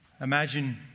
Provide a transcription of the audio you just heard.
Imagine